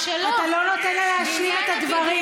אתה לא נותן לה להשלים את הדברים.